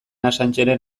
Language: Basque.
assangeren